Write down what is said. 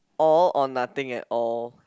all or nothing at all